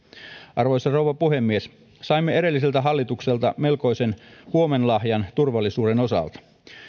arvoisa rouva puhemies saimme edelliseltä hallitukselta melkoisen huomenlahjan turvallisuuden osalta